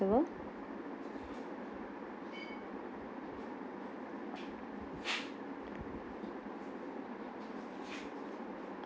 ~sible